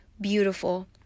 beautiful